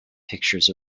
pictures